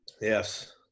Yes